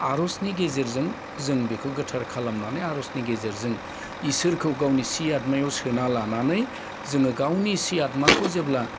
आर'जनि गेजेरजों जों बेखौ गोथार खालामनानै आर'जनि गेजेरजों इसोरखौ गावनि सि आतमायाव सोना लानानै जोङो गावनि सि आतमाखौ जेब्ला